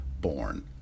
born